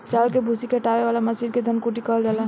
चावल के भूसी के हटावे वाला मशीन के धन कुटी कहल जाला